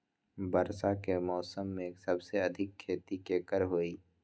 वर्षा के मौसम में सबसे अधिक खेती केकर होई?